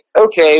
okay